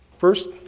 First